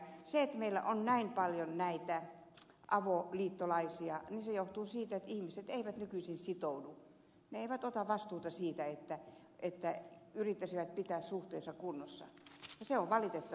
se että meillä on näin paljon näitä avoliittolaisia johtuu siitä että ihmiset eivät nykyisin sitoudu eivät ota vastuuta siitä että yrittäisivät pitää suhteensa kunnossa ja se on valitettavaa